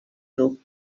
grup